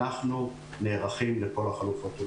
אנחנו נערכים לכל החלופות.